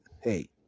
hey